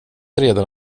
redan